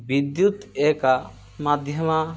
विद्युत् एकं माध्यमम्